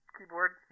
Keyboard